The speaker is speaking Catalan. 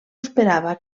esperava